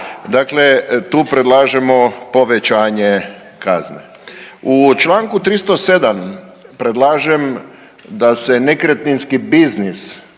Dakle, tu predlažemo povećanje kazne. U Članku 307. predlažem da se nekretninski biznis